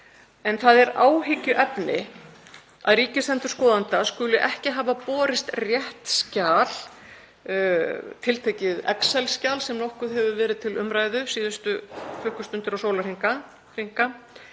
en það er áhyggjuefni að ríkisendurskoðanda skuli ekki hafa borist rétt skjal, tiltekið excel-skjal, sem nokkuð hefur verið til umræðu síðustu klukkustundir og sólarhringa,